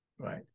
Right